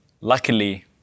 luckily